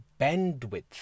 bandwidth